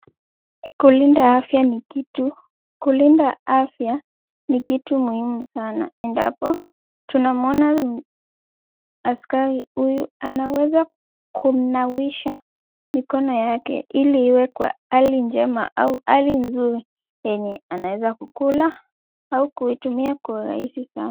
Kulinda afya ni kitu, kulinda afya ni kitu muhimu sana, endapo tumamuona askari huyu anaweza kumnawisha mikono yake, ili iwe kwa hali njema au hali nzuri yenye anaweza kukula au kuitumia kwa rahisi sana.